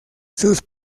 sus